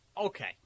Okay